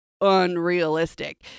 unrealistic